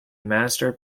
master